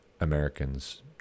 Americans